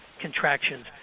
contractions